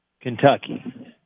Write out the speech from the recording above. Kentucky